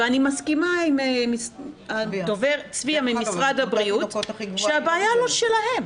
ואני מסכימה עם צביה ממשרד הבריאות שהבעיה לא שלהם.